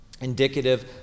Indicative